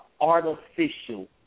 artificial